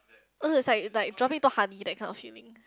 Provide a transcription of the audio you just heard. !urgh! is like like dropping into honey that kind of feelings